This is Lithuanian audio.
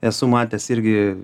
esu matęs irgi